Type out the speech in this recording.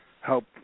help